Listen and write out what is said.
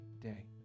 day